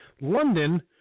London